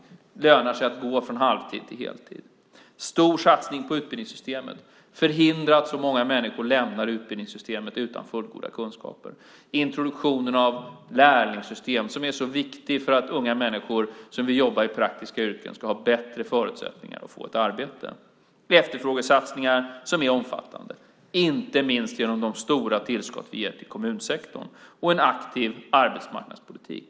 Det lönar sig att gå från halvtid till heltid. En stor satsning på utbildningssystemet förhindrar att så många lämnar utbildningssystemet utan fullbordad utbildning. Introduktionen av lärlingssystem är viktig för att unga människor som vill jobba i praktiska yrken ska ha bättre förutsättningar att få ett arbete. Efterfrågesatsningen är omfattande, inte minst genom de stora tillskott vi ger till kommunsektorn. Vi för en aktiv arbetsmarknadspolitik.